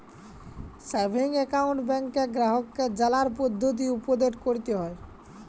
savings account ব্যাংকে গ্রাহককে জালার পদ্ধতি উপদেট ক্যরতে হ্যয়